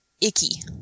icky